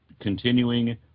continuing